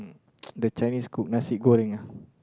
the Chinese cook nasi-goreng ah